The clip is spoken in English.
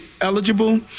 eligible